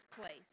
place